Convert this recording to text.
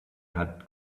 had